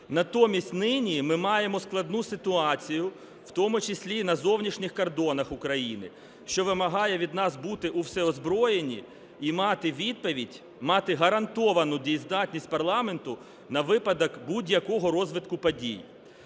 Натомість нині ми маємо складну ситуацію, у тому числі і на зовнішніх кордонах України, що вимагає від нас бути у всеозброєнні і мати відповідь… мати гарантовану дієздатність парламенту на випадок будь-якого розвитку подій.